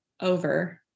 over